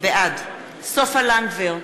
בעד סופה לנדבר,